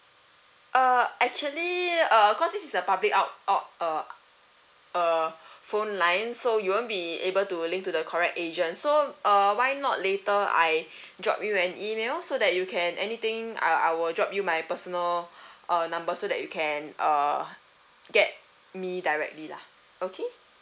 uh actually uh of course this is a public opt opt uh uh phone line so you won't be able to link to the correct agent so uh why not later I drop you an email so that you can anything uh I will drop you my personal uh number so that you can uh get me directly lah okay